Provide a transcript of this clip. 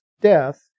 death